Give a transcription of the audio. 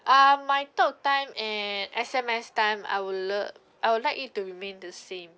um my talk time and S_M_S time I would lo~ I would like it to remain the same